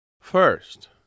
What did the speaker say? First